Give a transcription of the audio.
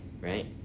right